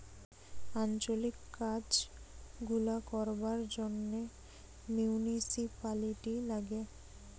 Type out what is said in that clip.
আঞ্চলিক কাজ গুলা করবার জন্যে মিউনিসিপালিটি লাগে